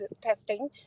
testing